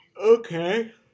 Okay